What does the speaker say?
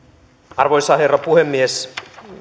arvoisa herra puhemies